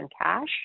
cash